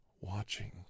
Watching